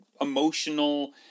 emotional